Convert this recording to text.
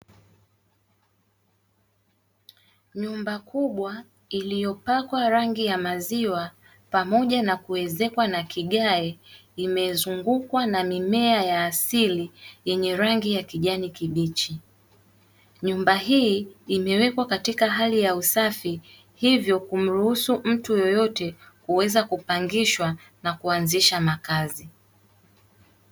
Nyumba kubwa iliyopakwa rangi ya maziwa pamoja na kuezekwa na vigae, imezungukwa na mimea ya asili yenye rangi ya kijani kibichi, nyumba hii imewekwa katika hali ya usafi, hivyo kumruhusu mtu yeyote kuweza kupangishwa na kuanzisha makazi.